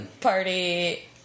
Party